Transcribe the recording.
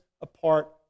apart